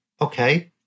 okay